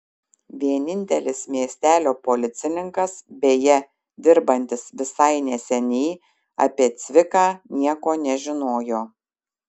vienintelis miestelio policininkas beje dirbantis visai neseniai apie cviką nieko nežinojo